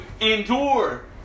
endure